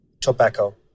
tobacco